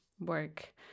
work